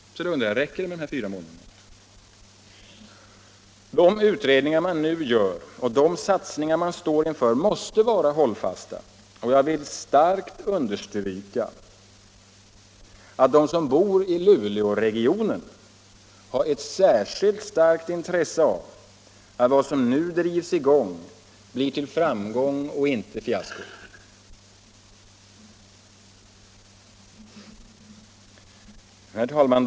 Då undrar jag: Räcker det med de här fyra månaderna? De utredningar som bolaget nu gör och de satsningar som man står inför måste vara hållfasta. Jag vill starkt understryka att de som bor i Luleåregionen har ett särskilt starkt intresse av att vad som nu drivs i gång blir till framgång och inte till fiasko. Herr talman!